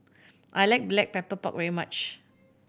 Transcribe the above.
I like Black Pepper Pork very much